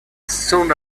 soon